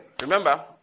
remember